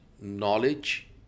knowledge